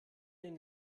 den